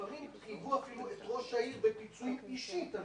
לפעמים חייבו אפילו את ראש העיר בפיצוי אישית על